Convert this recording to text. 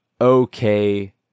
okay